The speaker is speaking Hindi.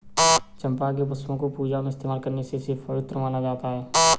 चंपा के पुष्पों को पूजा में इस्तेमाल करने से इसे पवित्र माना जाता